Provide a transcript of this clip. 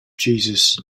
jesus